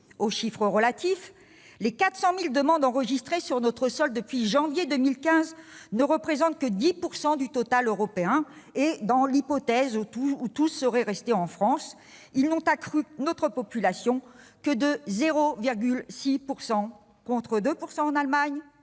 aux chiffres relatifs, les 400 000 demandes enregistrées sur notre sol depuis janvier 2015 ne représentent que 10 % du total européen ; et, dans l'hypothèse où toutes les personnes concernées seraient restées en France, elles n'auraient accru notre population que de 0,6 %, contre 2 % en Allemagne